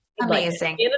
Amazing